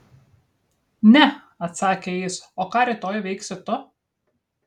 ne atsakė jis o ką rytoj veiksi tu